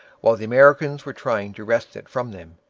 while the americans were trying to wrest it from them.